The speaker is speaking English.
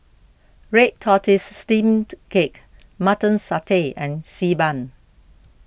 Red Tortoise Steamed Cake Mutton Satay and Xi Ban